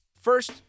First